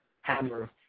hammer